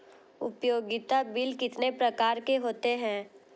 उपयोगिता बिल कितने प्रकार के होते हैं?